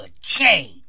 change